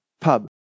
pub